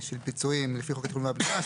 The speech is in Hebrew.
של פיצויים לפי חוק התכנון והבנייה,